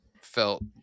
felt